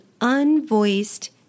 unvoiced